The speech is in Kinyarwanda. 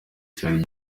cyari